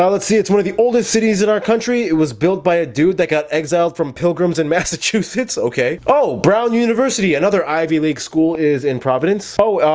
um let's see it's one of the oldest cities in our country. it was built by a dude that got exiled from pilgrims and massachusetts okay, oh brown university. another ivy league school is in providence so oh,